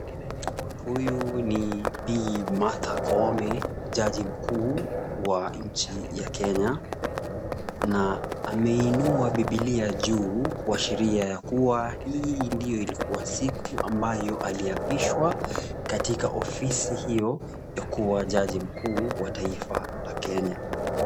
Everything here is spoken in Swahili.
Huyu ni Bi. Martha Koome, jaji mkuu wa nchi ya Kenya na ameinua bibilia juu kuashiria ya kuwa, hii ndiyo ilikuwa siku ambayo aliapishwa katika ofisi hiyo, ya kuwa jaji mkuu wa taifa la Kenya.